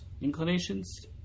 Inclinations